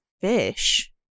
fish